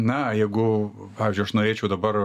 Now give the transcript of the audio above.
na jeigu pavyžiui aš norėčiau dabar